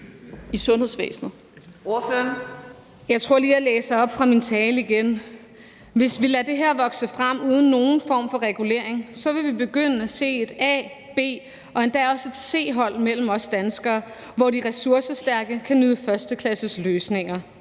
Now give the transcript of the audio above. Rubin (M): Jeg tror lige, jeg læser op fra min tale igen: Hvis vi lader det her vokse frem uden nogen form for regulering, vil vi begynde at se et A-, B- og endda også et C-hold mellem os danskere, hvor de ressourcestærke kan nyde førsteklasses løsninger,